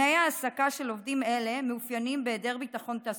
תנאי ההעסקה של עובדים אלה מאופיינים בהיעדר ביטחון תעסוקתי,